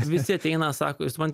visi ateina sako jūs man